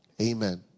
Amen